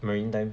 maritime